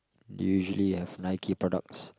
usually I have Nike products